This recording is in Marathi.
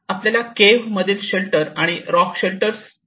आपल्याला केव्ह मधील शेल्टर आणि रॉक शेल्टर्स माहित आहेत